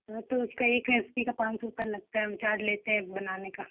वह तो उसका एक व्यक्ति का पाँच सौ रुपया लगता है हम चार्ज लेते हैं बनाने का